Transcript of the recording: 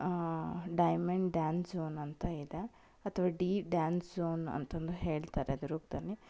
diamond dance zone ಅಂತ ಇದೆ ಅಥವಾ ಡಿ ಡ್ಯಾನ್ಸ್ ಝೋನ್ ಅಂತಂದು ಹೇಳ್ತಾರೆ ಅದು ಗ್ರೂಪ್ದಲ್ಲಿ